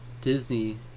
disney